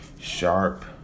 sharp